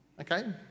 Okay